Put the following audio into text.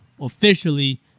officially